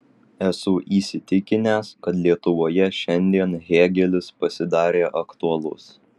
esu įsitikinęs kad lietuvoje šiandien hėgelis pasidarė aktualus